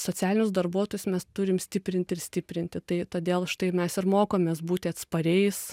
socialinius darbuotojus mes turim stiprint ir stiprinti tai todėl štai mes ir mokomės būti atspariais